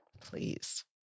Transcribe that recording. Please